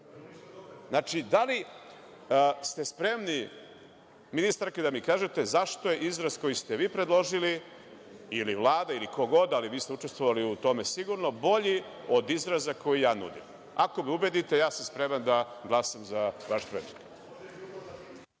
Da li ste spremni, ministarka, da mi kažete zašto je izraz koji ste vi predložili ili Vlada ili ko god, ali vi ste učestvovali u tom sigurno, bolji od izraza koji ja nudim? Ako me ubedite, ja sam spreman da glasam za vaš predlog.